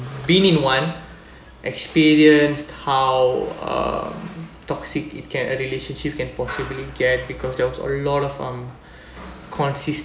been in one experienced how uh toxic it can a relationship can possibily can because there was a lot of um consistent